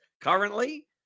currently